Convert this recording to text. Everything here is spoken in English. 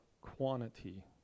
quantity